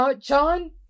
John